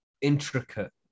intricate